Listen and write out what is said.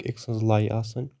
اَکھ أکۍ سٕنٛز لاے آسٕنۍ